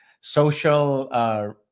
social